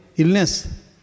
Illness